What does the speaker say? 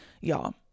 y'all